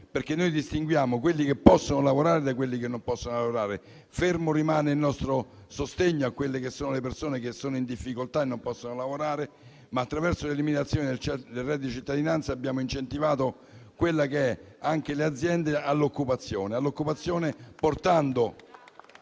perché noi distinguiamo quelli che possono lavorare da quelli che non possono lavorare. Fermo rimane il nostro sostegno alle persone in difficoltà che non possono lavorare, ma attraverso l'eliminazione del reddito di cittadinanza abbiamo incentivato l'occupazione, portando